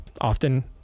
often